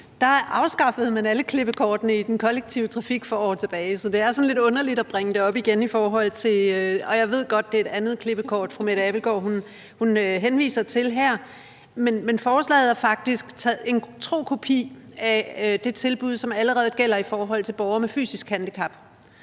fra, afskaffede man alle klippekortene i den kollektive trafik for år tilbage, så det er sådan lidt underligt at bringe det op igen, og jeg ved godt, at det er et andet klippekort, fru Mette Abildgaard henviser til her. Men forslaget er faktisk en tro kopi af det tilbud, som allerede gælder i forhold til borgere med fysisk handicap.